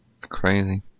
Crazy